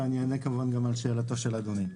ואני אענה כמובן גם על שאלתו של אדוני.